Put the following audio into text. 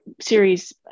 series